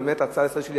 ההצעה לסדר-היום שלי,